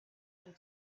and